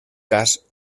cas